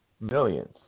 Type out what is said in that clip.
millions